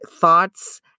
thoughts